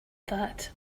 that